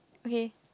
okay